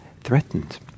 threatened